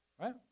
Right